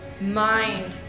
mind